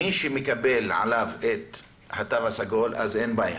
מי שמקבל עליו את התו הסגול, אז אין בעיה.